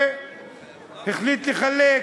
והחליט לחלק.